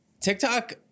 tiktok